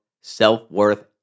self-worth